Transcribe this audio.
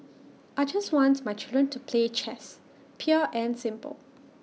I just want my children to play chess pure and simple